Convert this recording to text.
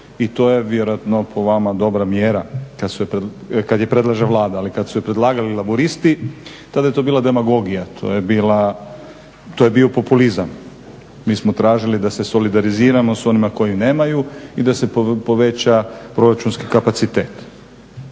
i to je vjerojatno po vama dobra mjera kad je predlaže Vlada ali kad su je predlagali Laburisti tada je to bila demagogija. To je bio populizam, mi smo tražili da se solidariliziramo sa onima koji nemaju i da se poveća proračunski kapacitete.